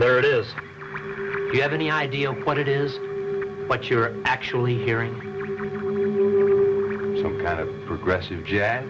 there it is you have any idea what it is but you're actually hearing some kind of progressive jack